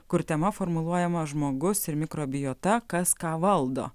kur tema formuluojama žmogus ir mikrobiota kas ką valdo